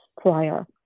prior